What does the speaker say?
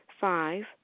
Five